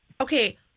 Okay